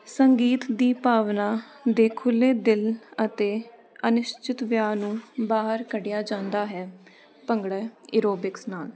ਸੰਗੀਤ ਦੀ ਭਾਵਨਾ ਦੇ ਖੁੱਲ੍ਹੇ ਦਿਲ ਅਤੇ ਅਨਿਸ਼ਚਿਤ ਵਿਆਹ ਨੂੰ ਬਾਹਰ ਕੱਢਿਆ ਜਾਂਦਾ ਹੈ ਭੰਗੜਾ ਐਰੋਬਿਕਸ ਨਾਲ